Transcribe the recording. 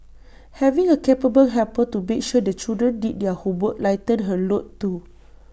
having A capable helper to make sure the children did their homework lightened her load too